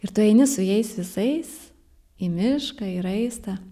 ir tu eini su jais visais į mišką į raistą